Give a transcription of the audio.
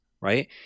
right